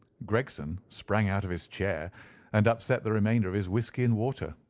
gregson sprang out of his chair and upset the remainder of his whiskey and water.